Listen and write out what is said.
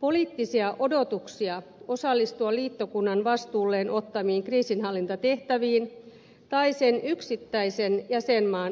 poliittisia odotuksia osallistua liittokunnan vastuulleen ottamiin kriisinhallintatehtäviin tai sen yksittäisen jäsenmaan operaatioon